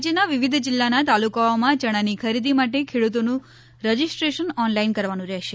રાજયના વિવિધ જિલ્લાના તાલુકાઓમાં યણાની ખરીદી માટે ખેડૂતોનું રજીસ્ટ્રેશન ઓનલાઈન કરવાનું રહેશે